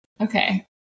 Okay